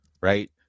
Right